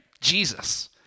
Jesus